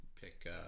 pick